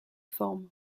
formes